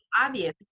obvious